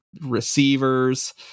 receivers